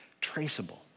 traceable